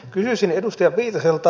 kysyisin edustaja viitaselta